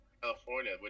California